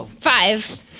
Five